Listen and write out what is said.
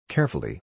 Carefully